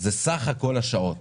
זה סך הכול השעות